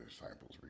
disciples